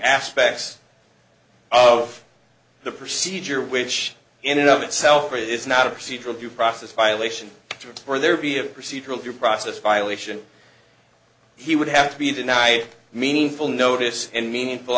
aspects of the procedure which in and of itself it is not a procedural due process violation or there be a procedural due process violation he would have to be denied meaningful notice and meaningful